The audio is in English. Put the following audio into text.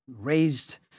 raised